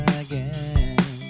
again